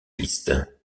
piste